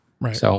Right